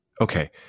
Okay